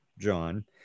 John